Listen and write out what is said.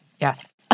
Yes